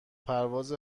پرواز